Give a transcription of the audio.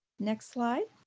next slide.